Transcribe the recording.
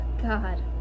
God